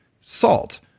salt